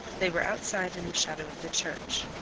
they were outside in the shadow of the church.